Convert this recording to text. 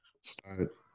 Start